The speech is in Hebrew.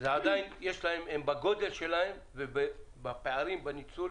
בגודל שלהם ובפערים בניצול,